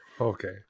Okay